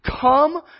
Come